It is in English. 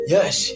Yes